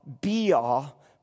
be-all